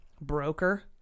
broker